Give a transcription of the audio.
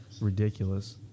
ridiculous